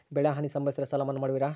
ಬೆಳೆಹಾನಿ ಸಂಭವಿಸಿದರೆ ಸಾಲ ಮನ್ನಾ ಮಾಡುವಿರ?